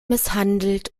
misshandelt